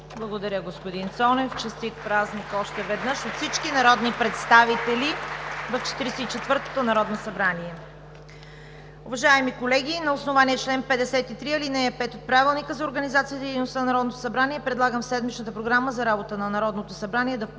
Благодаря, господин Цонев. Честит празник още веднъж от всички народни представители в Четиридесет и четвъртото народно събрание! Уважаеми колеги, на основание чл. 53, ал. 5 от Правилника за организацията и дейността на Народното събрание предлагам в седмичната Програма за работата на Народното събрание да бъдат